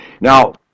Now